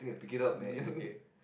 is it okay